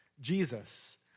Jesus